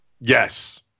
Yes